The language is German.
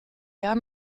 eher